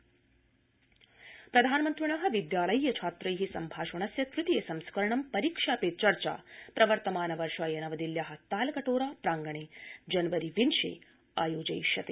प्रधानमन्त्री प्रधानमन्त्रिण विद्यालयीय छात्रै सम्भाषणस्य तृतीय संस्करणं परीक्षा पे चर्चा प्रवर्तमानवर्षाय नवदिल्ल्या तालकटोरा प्रांगणे जनवरी विंशे आयोजयिष्यते